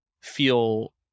feel